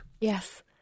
Yes